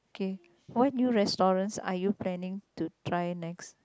K what new restaurant are you planning to try next